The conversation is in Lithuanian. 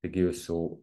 taigi jūs jau